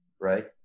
Right